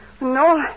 No